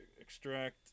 extract